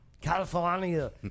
California